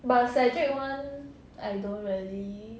but cedric one I don't really